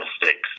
mistakes